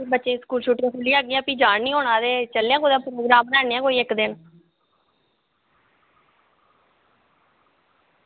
ते बच्चें दियां छुट्टियां खु'ल्ली जागियां ते भी जान निं होना ते चलने आं कोई सलाह् बनाने आं इक्क दिन